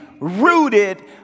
rooted